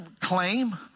claim